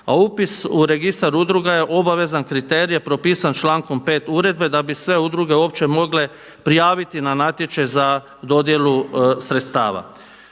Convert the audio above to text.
A upis u registar udruga je obavezan kriterij propisan člankom 5. uredbe da bi sve udruge uopće mogle prijaviti na natječaj za dodjelu sredstava.